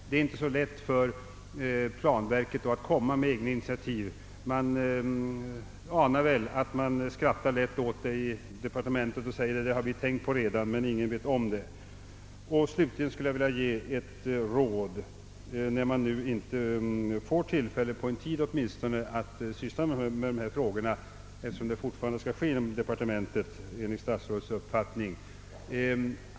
Det är inte så lätt för planverket att då komma med egna initiativ. Man anar väl att man skrattar lätt åt det i departementet och säger: Det har vi tänkt på redan, men ingen vet om det. Slutligen skulle jag vilja ge ett råd, eftersom jag inte får tillfälle, åtminstone på en tid, att syssla med dessa frågor. Arbetet skall ju fortfarande, enligt statsrådet Palme, ske inom departementet.